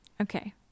Okay